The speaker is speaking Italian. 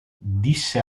disse